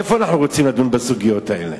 איפה אנחנו רוצים לדון בסוגיות האלה?